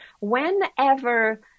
whenever